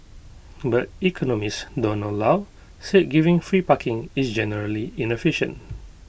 but economist Donald low said giving free parking is generally inefficient